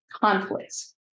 conflicts